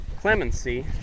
clemency